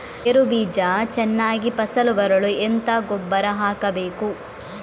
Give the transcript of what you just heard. ಗೇರು ಬೀಜ ಚೆನ್ನಾಗಿ ಫಸಲು ಬರಲು ಎಂತ ಗೊಬ್ಬರ ಹಾಕಬೇಕು?